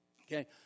Okay